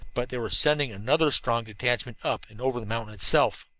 but they were sending another strong detachment up and over the mountain itself!